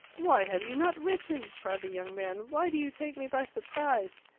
why have you not written? cried the young man. why do you take me by surprise?